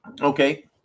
Okay